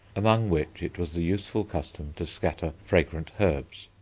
among which it was the useful custom to scatter fragrant herbs.